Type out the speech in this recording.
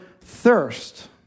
thirst